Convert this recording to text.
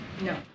No